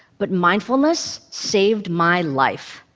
but mindfulness saved my life.